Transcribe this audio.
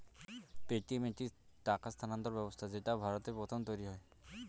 Paytm একটি টাকা স্থানান্তর ব্যবস্থা যেটা ভারতে প্রথম তৈরী হয়